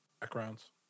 backgrounds